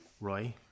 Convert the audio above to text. Roy